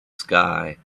sky